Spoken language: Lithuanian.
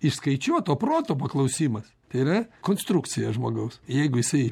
išskaičiuoto proto paklausimas tai yra konstrukcija žmogaus jeigu jisai